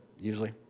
usually